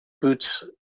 boots